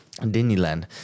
Disneyland